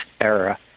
era